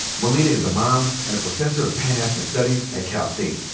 melina is a mom and a professor of pan-african studies at cal state.